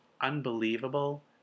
unbelievable